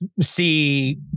see